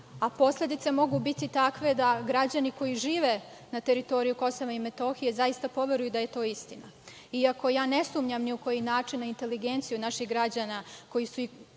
A posledice mogu biti takve da građani koji žive na teritoriji Kosova i Metohije zaista poveruju da je to istina. Iako ja ne sumnjam ni na koji način na inteligenciju naših građana koji su